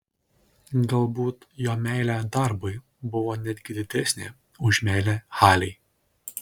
galbūt jo meilė darbui buvo netgi didesnė už meilę halei